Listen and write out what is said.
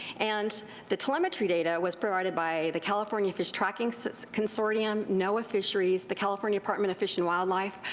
and the telemetry data was provided by the california fish tracking so consortium, noaa fisheries, the california department of fish and wildlife,